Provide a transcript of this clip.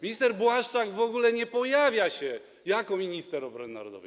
Minister Błaszczak w ogóle nie pojawia się jako minister obrony narodowej.